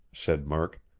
said murk.